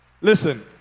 Listen